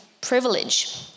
privilege